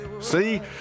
See